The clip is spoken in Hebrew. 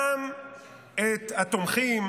גם את התומכים,